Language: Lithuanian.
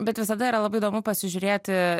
bet visada yra labai įdomu pasižiūrėti